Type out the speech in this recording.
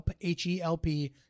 H-E-L-P